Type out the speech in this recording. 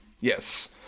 yes